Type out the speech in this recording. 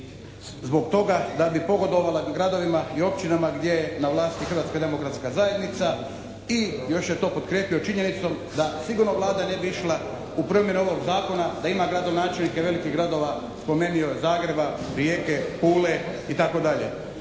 zbog toga da bi pogodovala gradovima i općinama gdje je na vlasti Hrvatska demokratska zajednica i još je to potkrijepio činjenicom da sigurno Vlada ne bi išla u promjene ovog Zakona da ima gradonačelnike velikih gradova, spomenio Zagreba, Rijeke, Pule i